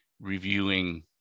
reviewing